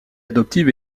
adoptive